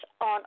on